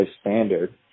standard